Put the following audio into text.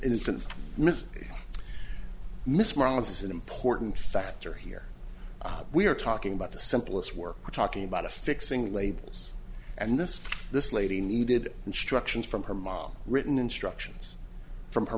instant miss miss marlice an important factor here we are talking about the simplest work we're talking about affixing labels and this this lady needed instructions from her mom written instructions from her